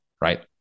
right